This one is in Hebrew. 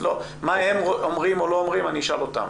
מה הם אומרים או לא אומרים א ני אשאל אותם.